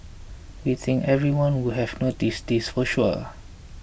we think everyone would have noticed this for sure